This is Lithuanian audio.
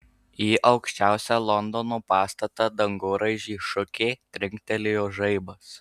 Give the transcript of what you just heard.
į aukščiausią londono pastatą dangoraižį šukė trinktelėjo žaibas